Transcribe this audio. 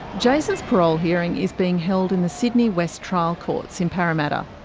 jason's parole hearing is being held in the sydney west trial courts in parramatta.